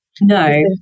No